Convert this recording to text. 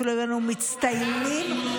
אפילו היו לנו מצטיינים ערבים.